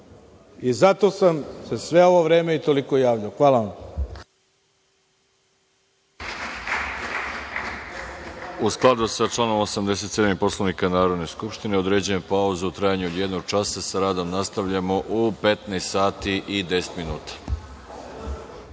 I zato sam se sve ovo vreme i toliko javljao. Hvala vam.